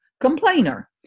complainer